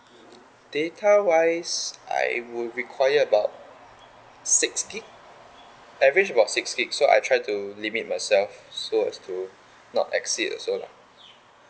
data wise I would require about six gig average about six gig so I try to limit myself so as to not exceed also lah